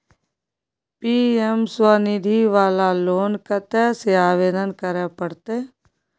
PM Svanidhi वाला loan कत्ते से आवेदन करे परतै?